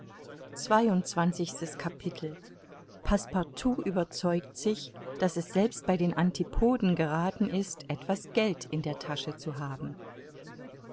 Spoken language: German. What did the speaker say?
zweiundzwanzigstes capitel passepartout überzeugt sich daß es selbst bei den antipoden gerathen ist etwas geld in der tasche zu haben